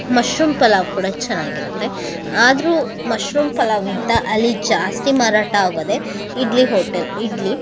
mushroom pulao ಕೂಡ ಚೆನ್ನಾಗಿರತ್ತೆ ಆದರೂ ಮಶ್ರೂಮ್ ಪಲಾವಿಗಿಂತ ಅಲ್ಲಿ ಜಾಸ್ತಿ ಮಾರಾಟ ಆಗೋದೇ ಇಡ್ಲಿ ಹೋಟೆಲ್ ಇಡ್ಲಿ